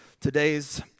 today's